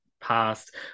past